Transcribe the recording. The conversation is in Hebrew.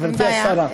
גברתי השרה.